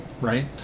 right